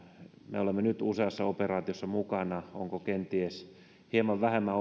me olemme nyt useassa operaatiossa mukana onko kenties hieman vähemmän